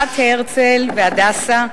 בת הרצל והדסה,